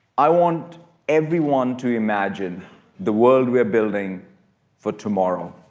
i want everyone to imagine the world we're building for tomorrow.